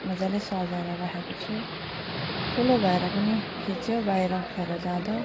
मजाले सजाएर राखेको छु ठुलो भएर पनि खिच्यो बाहिर फेर जाँदा